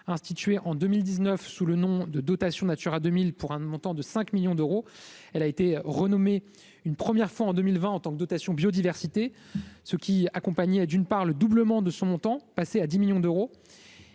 Instituée en 2019 sous le nom de dotation Natura 2000, pour un montant de 5 millions d'euros, elle a été renommée une première fois en 2020 en tant que dotation biodiversité, ce qui accompagnait, d'une part, le doublement de ce montant, passé ainsi à 10 millions d'euros-